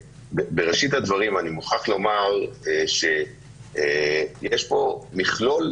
בראשית הדברים אני מוכרח לומר שיש פה מכלול,